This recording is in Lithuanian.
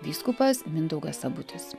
vyskupas mindaugas sabutis